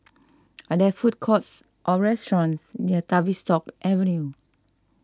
are there food courts or restaurants near Tavistock Avenue